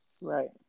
right